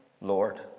Lord